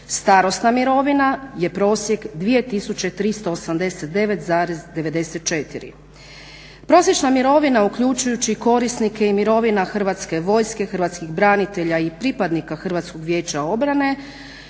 Starosna mirovina je prosjek 2389,94. Prosječna mirovina uključujući korisnike i mirovina hrvatske vojske, hrvatskih branitelja i pripadnika Hrvatskog vijeća obrane